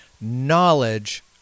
knowledge